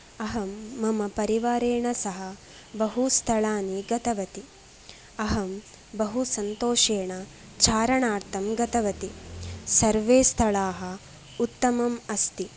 अहं मम परिवारेण सह बहुस्थळानि गतवती अहं बहु सन्तोषेण चारणार्थं गतवती सर्वे स्थळाः उत्तमम् अस्ति